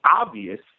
obvious